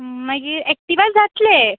मागीर एक्टिवा जातलें